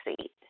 seat